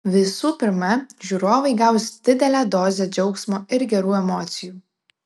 visų pirma žiūrovai gaus didelę dozę džiaugsmo ir gerų emocijų